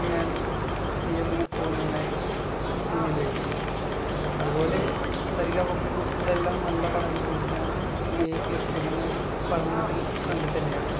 ഞാൻ സിഎംഡി സ്കൂളിനെ മുന്നിൽ വയ്ക്കും അതുപോലെ സരിഗ പബ്ലിക്ക് സ്കൂൾ എല്ലാം നല്ല പഠന രീതിയാണ് എയുപിഎസ് ചെങ്ങന്നൂരും പഠനത്തിൽ ഫ്രണ്ടിൽ തന്നെയാണ്